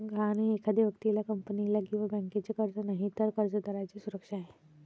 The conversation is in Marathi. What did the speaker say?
गहाण हे एखाद्या व्यक्तीला, कंपनीला किंवा बँकेचे कर्ज नाही, तर कर्जदाराची सुरक्षा आहे